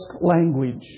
language